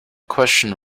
question